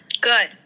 Good